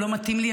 או לא מתאים לי,